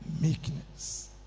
meekness